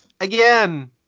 Again